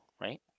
right